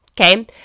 okay